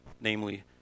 Namely